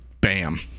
Bam